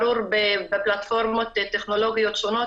ברור בפלטפורמות טכנולוגיות שונות,